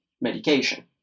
medication